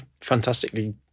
fantastically